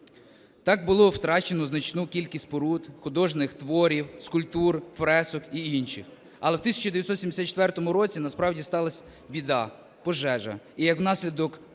Так, було втрачено значну кількість споруд, художніх творів, скульптур, фресок і іншого. Але в 1974 році насправді сталась біда – пожежа, і, як наслідок,